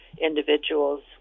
individuals